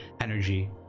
energy